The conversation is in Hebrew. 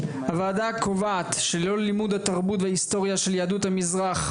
הוועדה קובעת שללא לימוד התרבות וההיסטוריה של יהדות המזרח,